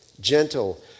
gentle